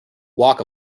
walk